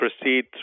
proceed